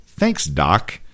ThanksDoc